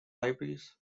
libraries